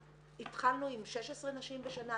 התחלנו עם 16 נשים בשנה.